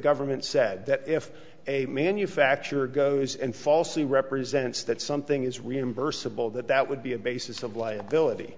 government said that if a manufacturer goes and falsely represents that something is reimbursable that that would be a basis of liability